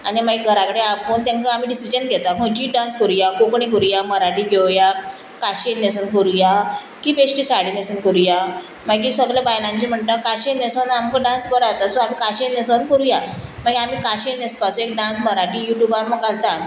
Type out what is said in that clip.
आनी मागीर घरा कडेन आपोवन तेंकां आमी डिसिजन घेता खंयचीय डांस करुंया कोंकणी करूया मराठी घेवया काशेन न्हेसोन करुंया की बेश्टी साडी न्हेसून करुंया मागीर सगले बायलांचे म्हणटा काशेन न्हेसोन आमकां डांस बरो आसा सो आमी काशेन न्हेसोन करुंया मागीर आमी काशेन न्हेसपाचो एक डांस मराठी यूट्यूबार घालता